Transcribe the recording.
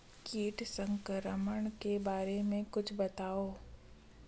कीट संक्रमण के बारे म कुछु बतावव?